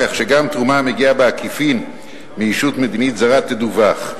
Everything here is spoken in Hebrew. כך שגם תרומה המגיעה בעקיפין מישות מדינית זרה תדווח.